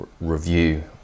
review